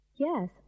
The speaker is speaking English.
Yes